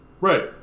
right